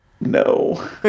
No